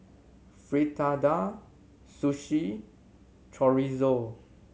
Fritada Sushi Chorizo